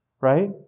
right